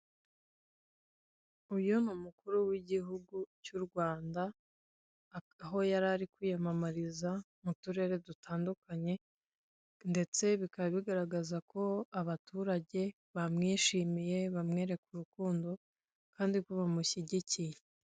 uyu ni umukuru w'igihugu cy'uRwanda aho yari ari kwiyamamariza mu turere dutandukanye ndetse bikaba bigaragaza ko abaturage bamwishimiye bamwereka urukundo kandi ko bamushyigikiye.